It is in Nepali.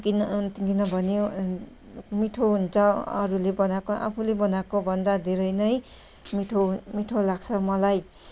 किन किनभने मिठो हुन्छ अरूले बनाएको आफूले बनाएको भन्दा धेरै नै मिठो मिठो लाग्छ मलाई